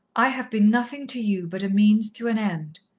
i have been nothing to you but a means to an end.